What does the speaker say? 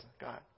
God